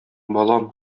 балам